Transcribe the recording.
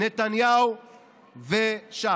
נתניהו וש"ס,